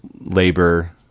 labor